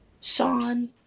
Sean